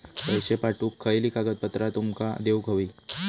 पैशे पाठवुक खयली कागदपत्रा तुमका देऊक व्हयी?